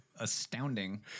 astounding